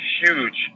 huge